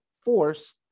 force